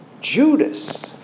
Judas